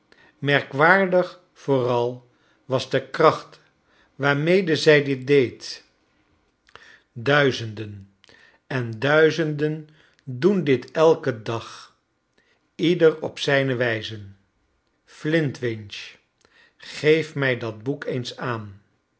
merkwaardig vooral was de kracht waarmede zij dit deed duizenden en duizenden doen dit elken dag ieder op zijne wijze flintwinch geef mij dat boek eens aan